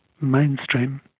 mainstream